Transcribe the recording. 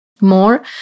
more